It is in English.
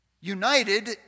united